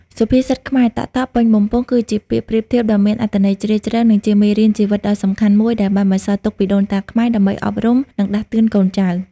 សុភាសិតខ្មែរ តក់ៗពេញបំពង់ គឺជាពាក្យប្រៀបធៀបដ៏មានអត្ថន័យជ្រាលជ្រៅ និងជាមេរៀនជីវិតដ៏សំខាន់មួយ ដែលបានបន្សល់ទុកពីដូនតាខ្មែរ ដើម្បីអប់រំ និងដាស់តឿនកូនចៅ។